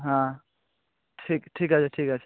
হ্যাঁ ঠিক ঠিক আছে ঠিক আছে